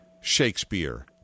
Shakespeare